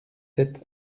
sept